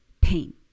pain